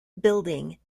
building